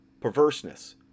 perverseness